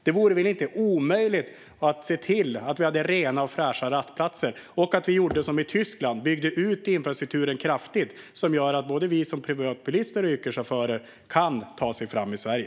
Det vore väl inte omöjligt att se till att vi har rena och fräscha rastplatser och att vi gör som i Tyskland och bygger ut infrastrukturen kraftigt så att både privatbilister och yrkeschaufförer kan ta sig fram i Sverige.